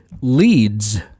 leads